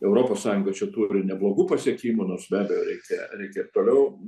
europos sąjunga čia turi neblogų pasiekimų nors be abejo reikia reikia ir toliau